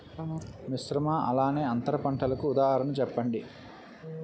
మిశ్రమ అలానే అంతర పంటలకు ఉదాహరణ చెప్పండి?